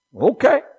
Okay